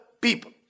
people